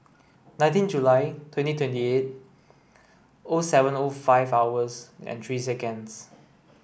nineteen July twenty twenty eight O seven O five hours and three seconds